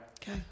Okay